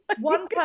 one